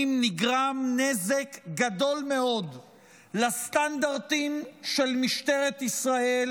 נגרם נזק גדול מאוד לסטנדרטים של משטרת ישראל